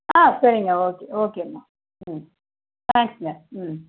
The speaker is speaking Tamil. ஆ சரிங்க ஓகே ஓகேம்மா ம் தேங்க்ஸ்ங்க ம்